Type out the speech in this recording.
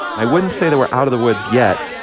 i wouldn't say that we're out of the woods yet,